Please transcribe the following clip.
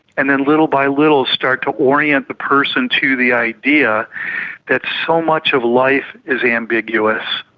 and then little by little start to orient the person to the idea that so much of life is ambiguous.